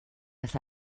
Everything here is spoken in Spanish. las